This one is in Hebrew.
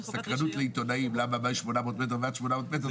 זה סקרנות לעיתונאים למה מעל 800 מטר ועד 800 מטר.